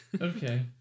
Okay